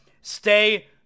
Stay